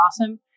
awesome